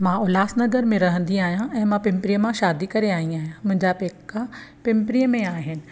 मां उल्हासनगर में रहंदी आहियां ऐं मां पिंपरीअ मां शादी करे आई आहियां मुंहिंजा पेका पिंपरीअ में आहे